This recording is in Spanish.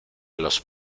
los